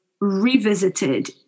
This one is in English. revisited